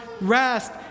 rest